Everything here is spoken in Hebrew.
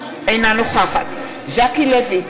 אינה נוכחת ז'קי לוי,